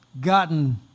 gotten